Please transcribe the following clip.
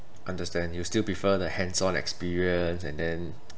understand you still prefer the hands-on experience and then